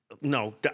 No